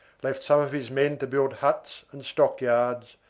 left some of his men to build huts and stockyards,